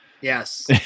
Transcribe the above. Yes